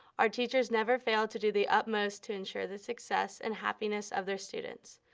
our teachers never fail to do the utmost to ensure the success and happiness of their students.